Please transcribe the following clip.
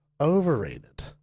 Overrated